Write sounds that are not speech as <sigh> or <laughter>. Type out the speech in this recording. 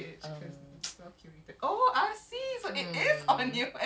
technically <laughs> those people must be underage juga <laughs>